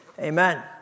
Amen